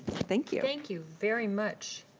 thank you. thank you, very much.